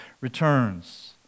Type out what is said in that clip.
returns